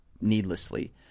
needlessly